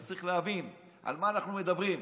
רק צריך להבין על מה אנחנו מדברים.